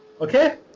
Okay